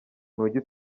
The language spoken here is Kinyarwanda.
ntujya